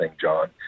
John